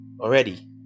already